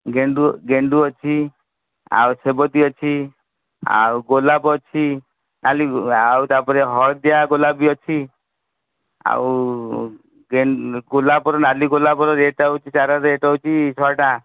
ଗେଣ୍ଡୁ ଗେଣ୍ଡୁ ଅଛି ଆଉ ସେବତୀ ଅଛି ଆଉ ଗୋଲାପ ଅଛି ଆଉ ତା'ପରେ ହଳଦିଆ ଗୋଲାପ ଅଛି ଆଉ ଗେ ଗୋଲାପର ନାଲି ଗୋଲାପର ରେଟା ହେଉଛି ତାର ରେଟ୍ ହେଉଛି ଶହେ ଟଙ୍କା